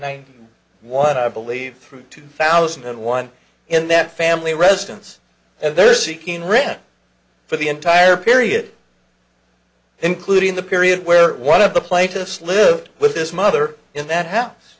ninety one i believe through two thousand and one in that family residence and they're seeking return for the entire period including the period where one of the plaintiffs lived with his mother in that h